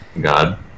God